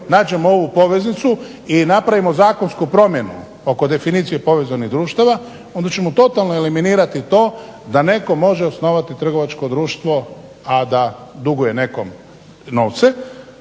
nađemo ovu poveznicu i napravimo zakonsku promjenu oko definicije povezanih društava onda ćemo totalno eliminirati to da netko može osnovati trgovačko društvo a da duguje nekom novce.